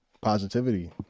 positivity